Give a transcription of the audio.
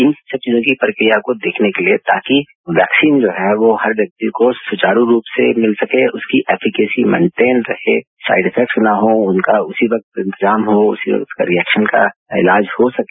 इन सभी चीजों की प्रक्रियाओं को देखने के लिए ताकि वैक्सीन जो है वो हर व्यक्ति को सुचारू रूप से मिल सके उसकी एफिकेसी मेंटेन रहें साइट इफेक्ट्स ना हो उनका उसी वक्त इंतजाम हो उसके रिएक्शन का इलाज हो सके